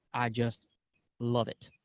i just love it,